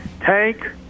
Tank